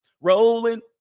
rolling